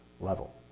level